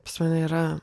pas mane yra